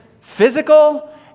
physical